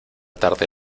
tarde